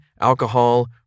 alcohol